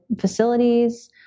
facilities